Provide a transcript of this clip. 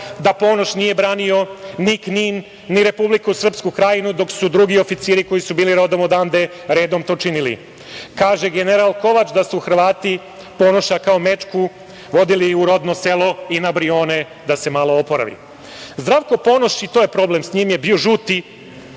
da Ponoš nije branio ni Knin, ni Republiku Srpsku Krajnu, dok su drugi oficiri koji su bili rodom odande redom to činili. Kaže, general Kovač da su Hrvati Ponoša kao mečku vodili u rodno selo i na Brione da se malo oporavi. Zdravko Ponoš, i to je problem, s njim je bio žuti